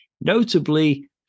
notably